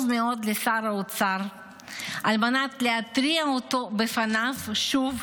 מאוד לשר האוצר על מנת להתריע בפניו שוב,